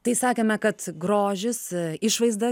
tai sakėme kad grožis išvaizda